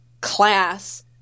class